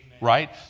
right